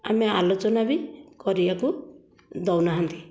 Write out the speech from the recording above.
ଆମେ ଆଲୋଚନା ବି କରିବାକୁ ଦଉନାହାଁନ୍ତି